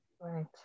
right